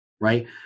right